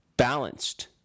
Balanced